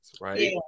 right